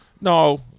No